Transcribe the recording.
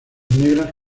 negras